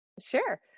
Sure